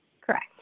Correct